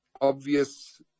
obvious